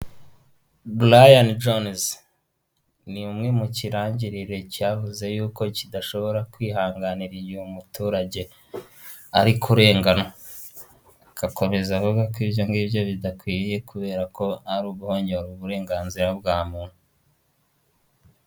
Burayani jonezi, ni umwe mu kirangirire cyavuze yuko kidashobora kwihanganira uyu muturage ari kurenganywa. Akomeza avuga ko ibyo ngibyo bidakwiye kubera ko ariguhonyora uburenganzira bwa muntu.